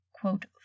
quote